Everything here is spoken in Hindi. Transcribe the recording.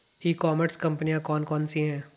ई कॉमर्स कंपनियाँ कौन कौन सी हैं?